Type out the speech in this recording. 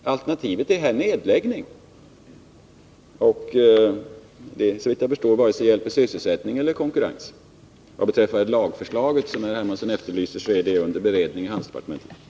Jo, alternativt är här nedläggning, och såvitt jag förstår hjälper det varken sysselsättning eller konkurrens. Vad beträffar lagförslaget, som herr Hermansson efterlyser, så är det under beredning i handelsdepartementet.